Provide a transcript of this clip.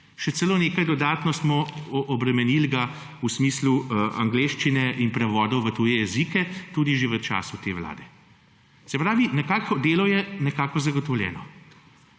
Še celo nekaj dodatno smo obremenili ga v smislu angleščine in prevodov v tuje jezike tudi že v času te vlade. Se pravi, nekako, delo je nekako zagotovljeno,